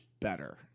better